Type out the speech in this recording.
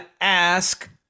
ask